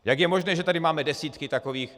Jak je možné, že tady máme desítky takových?